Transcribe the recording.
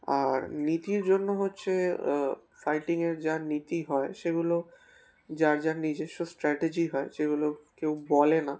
আর নীতির জন্য হচ্ছে ফাইটিংয়ের যা নীতি হয় সেগুলো যার যার নিজস্ব স্ট্র্যাটেজি হয় সেগুলো কেউ বলে না